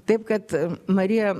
taip kad marija